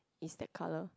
is that color